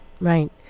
right